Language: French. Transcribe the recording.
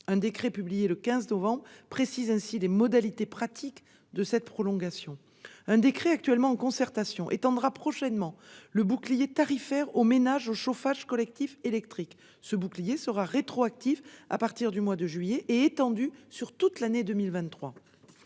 Un décret, publié le 15 novembre dernier, précise ainsi les modalités pratiques de cette prolongation. Un autre décret, en cours de concertation, étendra prochainement le bouclier tarifaire aux ménages bénéficiant d'un chauffage collectif électrique. Ce bouclier sera rétroactif à partir du mois de juillet, et étendu sur toute l'année 2023.